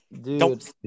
dude